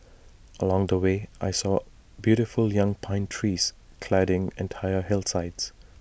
along the way I saw beautiful young pine trees cladding entire hillsides